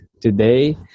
Today